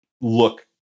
look